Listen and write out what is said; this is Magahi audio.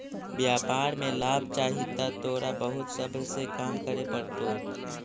व्यापार में लाभ चाहि त तोरा बहुत सब्र से काम करे पड़तो